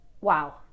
Wow